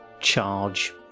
charge